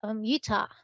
Utah